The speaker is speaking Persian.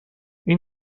این